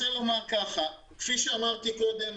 כפי שאמרתי קודם,